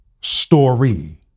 story